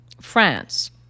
France